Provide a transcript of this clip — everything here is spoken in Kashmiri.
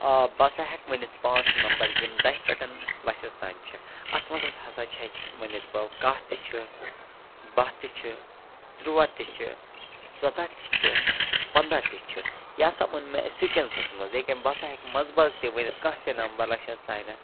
آ بہٕ ہَسا ہیٚکہٕ ؤنِتھ پانژھ نَمبَر یِم دَہہِ پٮ۪ٹھ لَچھس تانۍ چھِ اَتھ مَنٛز ہَسا چھے ؤنِتھ بہٕ کاہ تہِ چھُ باہ تہِ چھُ ترُٛواہ تہِ چھُو ژۄداہ تہِ چھُ تہٕ پَنداہ تہِ چھُ یہِ ہَسا وۄنۍ مےٚ سیکۄینسَس مَنٛز لیکِن بہٕ ہَسا ہیٚکہٕ منٛزباگ تہِ ؤنِتھ کانٛہہ تہِ نَمبَر لَچھَس تانۍ